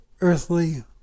earthly